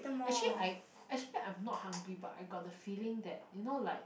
actually I actually I'm not hungry but I got the feeling that you know like